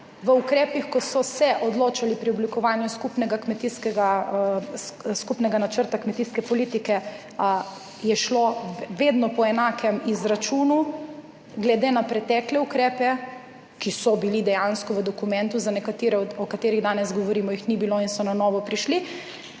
ukrepih, ko so se odločali o oblikovanju skupnega načrta kmetijske politike, je šlo vedno po enakem izračunu glede na pretekle ukrepe, ki so bili dejansko v dokumentu – za nekatere, o katerih danes govorimo, ki jih ni bilo in so prišli